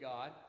God